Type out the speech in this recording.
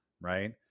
Right